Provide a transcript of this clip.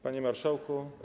Panie Marszałku!